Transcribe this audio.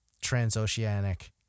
Transoceanic